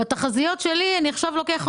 בתכנית העבודה שאנחנו מתכננים אנחנו לוקחים